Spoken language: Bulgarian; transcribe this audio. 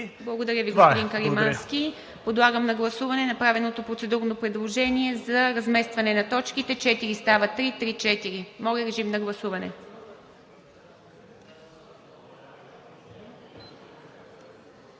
Благодаря Ви, господин Каримански. Подлагам на гласуване направеното процедурно предложение за разместване на точките – четири става три, три – четири. Гласували